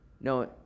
No